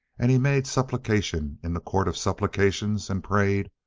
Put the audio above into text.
and he made supplication in the court of supplications and prayed,